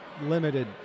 limited